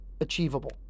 achievable